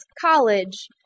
college